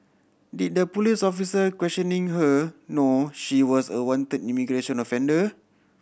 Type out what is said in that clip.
did the police officer questioning her know she was a wanted immigration offender